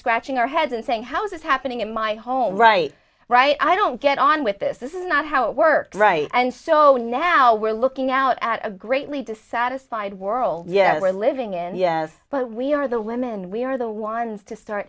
scratching our heads and saying how is this happening in my home right right i don't get on with this this is not how it worked right and so now we're looking out at a greatly dissatisfied world yet we're living in but we are the women we are the ones to start